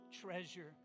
treasure